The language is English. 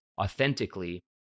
authentically